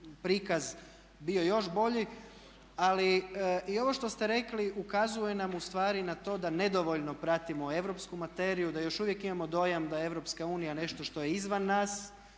prikaz bio još bolji, ali i ovo što ste rekli ukazuje nam u stvari na to da nedovoljno pratimo europsku materiju, da još uvijek imamo dojam da je EU nešto što je izvan nas,